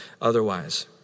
otherwise